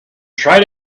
tried